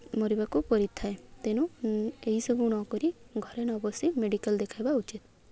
ମରିବାକୁ ପଡ଼ିଥାଏ ତେଣୁ ଏହିସବୁ ନ କରି ଘରେ ନ ବସି ମେଡ଼ିକାଲ ଦେଖାଇବା ଉଚିତ